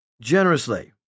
generously